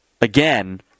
again